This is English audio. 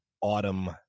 autumn